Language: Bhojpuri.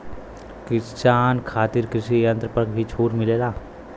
किसान खातिर कृषि यंत्र पर भी छूट मिलेला?